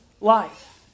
life